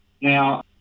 Now